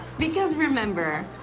because, remember,